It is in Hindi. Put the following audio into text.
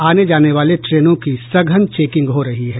आने जाने वाले ट्रेनों की सघन चेकिंग हो रही है